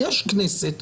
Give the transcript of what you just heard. יש כנסת,